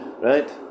Right